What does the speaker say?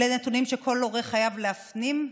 אלה נתונים שכל הורה חייב להפנים,